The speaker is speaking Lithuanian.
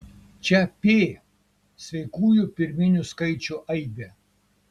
čia p sveikųjų pirminių skaičių aibė